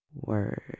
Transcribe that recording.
word